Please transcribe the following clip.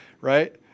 right